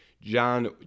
John